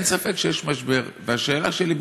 אין ספק שיש משבר, והשאלה שלי: